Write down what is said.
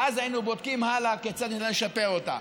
ואז היינו בודקים הלאה כיצד ניתן לשפר אותה.